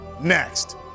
Next